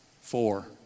Four